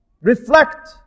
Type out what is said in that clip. reflect